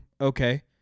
okay